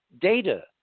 data